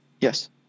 Yes